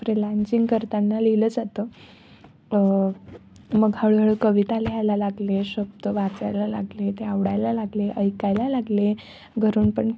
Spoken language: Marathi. फ्रिलान्सिंग करताना लिहिलं जातं मग हळूहळू कविता लिहायला लागले शब्द वाचायला लागले ते आवडायला लागले ऐकायला लागले घरून पण